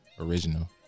original